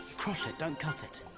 crush it, don't cut it.